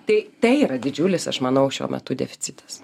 tai tai yra didžiulis aš manau šiuo metu deficitas